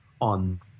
on